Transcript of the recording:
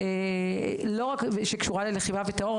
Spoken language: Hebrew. לא רק שקשורה ללחימה בטרור,